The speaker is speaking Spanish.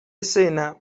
escena